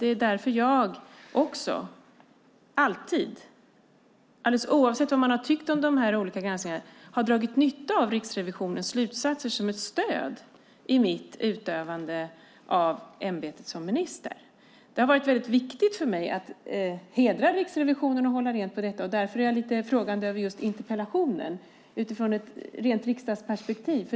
Det är därför jag alltid - alldeles oavsett vad man har tyckt om de olika granskningarna - har dragit nytta av Riksrevisionens slutsatser som ett stöd i mitt utövande av ämbetet som minister. Det har varit viktigt för mig att hedra Riksrevisionen och hålla reda på detta, och därför är jag lite frågande över interpellationen utifrån ett rent riksdagsperspektiv.